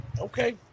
Okay